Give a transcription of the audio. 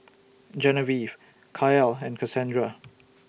Genevieve Kael and Kasandra